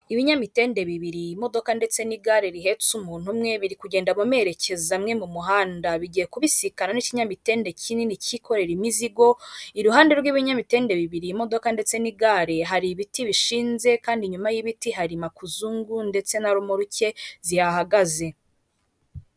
Ibinyamitende bibiri imodoka ndetse n'igare rihetse umuntu umwe biri kugenda mu merekezo amwe mu muhanda . Bigiye kubisikana n'ikinyamitende kinini kikorera imizigo iruhande rw'ibinyamitende bibiri imodoka ndetse n'igare hari ibiti bishinze kandi inyuma y'ibiti hari makuzungu ndetse na romoruke zihahagaze.